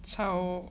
so